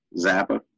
Zappa